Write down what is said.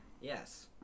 Yes